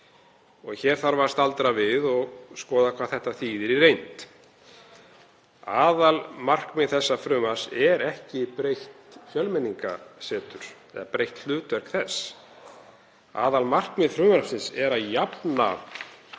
Hér þarf að staldra við og skoða hvað þetta þýðir í reynd. Aðalmarkmið frumvarpsins er ekki breytt Fjölmenningarsetur eða breytt hlutverk þess. Aðalmarkmið frumvarpsins er að jafna